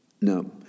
no